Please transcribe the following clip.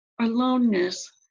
Aloneness